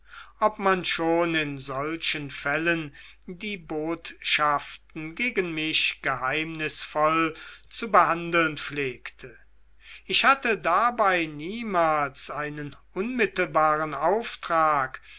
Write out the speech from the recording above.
ob man schon in solchen fällen die botschaften gegen mich geheimnisvoll zu behandeln pflegte ich hatte dabei niemals einen unmittelbaren auftrag